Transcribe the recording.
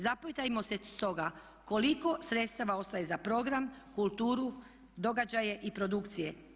Zapitajmo se stoga koliko sredstava ostaje za program, kulturu, događaje i produkcije.